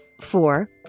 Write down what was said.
Four